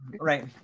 right